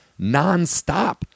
nonstop